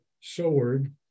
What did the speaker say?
sword